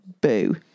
boo